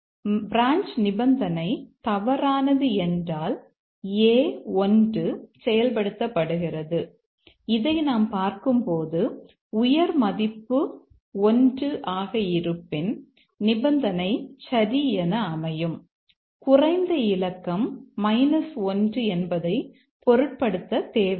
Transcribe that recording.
branch நிபந்தனை தவறானது என்றால் A1 செயல்படுத்தப்படுகிறது இதை நாம் பார்க்கும்போது உயர் மதிப்பு 1 ஆக இருப்பின் நிபந்தனை சரி என அமையும் குறைந்த இலக்கம் 1 என்பதை பொருட்படுத்த தேவையில்லை